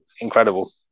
incredible